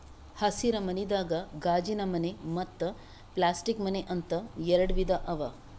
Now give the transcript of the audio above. ಹಸಿರ ಮನಿದಾಗ ಗಾಜಿನಮನೆ ಮತ್ತ್ ಪ್ಲಾಸ್ಟಿಕ್ ಮನೆ ಅಂತ್ ಎರಡ ವಿಧಾ ಅವಾ